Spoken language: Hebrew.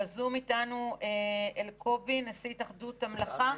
בזום איתנו אלקובי, נשיא התאחדות המלאכה.